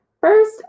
First